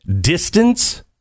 distance